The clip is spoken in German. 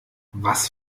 was